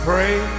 pray